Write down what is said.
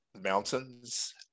mountains